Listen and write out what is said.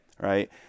right